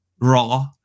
raw